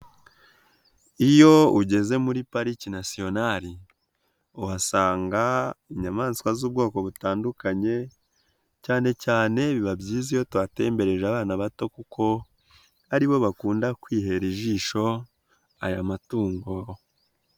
Iyo ugeze muri pariki national uhasanga inyamaswa z'ubwoko butandukanye cyane cyane biba byiza iyo tuhatembereje abana bato kuko ari bo bakunda kwihera ijisho aya matungo.